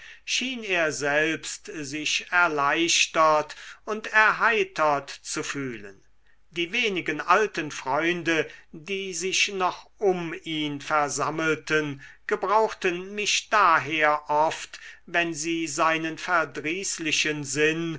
schien er selbst sich erleichtert und erheitert zu fühlen die wenigen alten freunde die sich noch um ihn versammelten gebrauchten mich daher oft wenn sie seinen verdrießlichen sinn